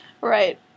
Right